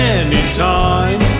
anytime